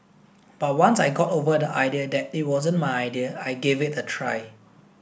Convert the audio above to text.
but once I got over the idea that it wasn't my idea I gave it a try